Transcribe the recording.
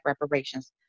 reparations